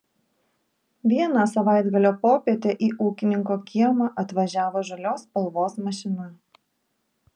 vieną savaitgalio popietę į ūkininko kiemą atvažiavo žalios spalvos mašina